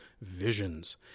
visions